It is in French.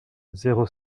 zéro